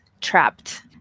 trapped